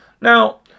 Now